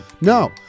No